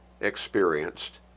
experienced